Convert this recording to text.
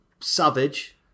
Savage